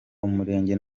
umurenge